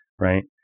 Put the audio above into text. Right